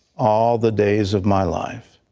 all the days of my life.